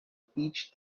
peach